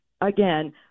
again